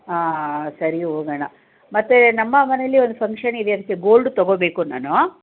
ಹಾಂ ಹಾಂ ಸರಿ ಹೋಗಣ ಮತ್ತೆ ನಮ್ಮ ಮನೆಯಲ್ಲಿ ಒಂದು ಫಂಕ್ಷನಿದೆಯಂತೆ ಗೋಲ್ಡ್ ತಗೋಬೇಕು ನಾನು